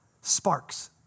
sparks